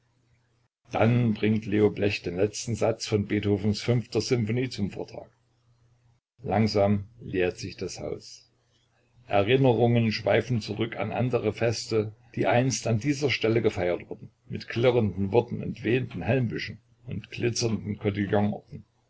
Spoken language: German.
dann bringt leo blech den letzten satz von beethovens fünfter symphonie zum vortrag langsam leert sich das haus erinnerungen schweifen zurück an andere feste die einst an dieser stelle gefeiert wurden mit klirrenden worten und wehenden helmbüschen und glitzernden